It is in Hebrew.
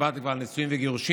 דיברתי כבר על נישואים וגירושים,